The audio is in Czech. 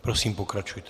Prosím, pokračujte.